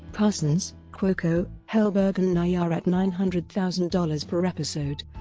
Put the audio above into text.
parsons, cuoco, helberg and nayyar at nine hundred thousand dollars per episode,